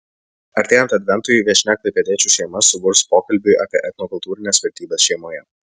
artėjant adventui viešnia klaipėdiečių šeimas suburs pokalbiui apie etnokultūrines vertybes šeimoje